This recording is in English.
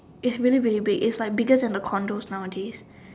it's really really big it's like bigger then the condos nows a days